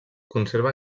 conserva